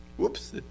Whoops